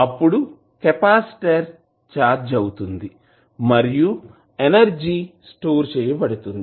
అప్పుడు capacitor charge అవుతుంది మరియు ఎనర్జీ స్టోర్ చేయబడుతుంది